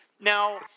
Now